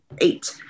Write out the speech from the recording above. eight